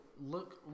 Look